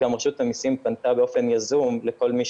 רשות המיסים גם פנתה באופן יזום לכל מי